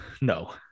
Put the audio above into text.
no